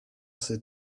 ses